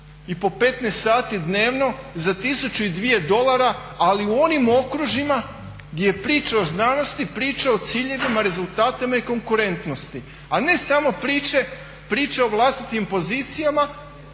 i po 15 sati dnevno za tisuću i dvije dolara, ali u onim okružjima gdje je priča o znanosti, priča o ciljevima, rezultatima i konkurentnosti, a ne samo priče o vlastitim pozicijama.